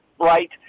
right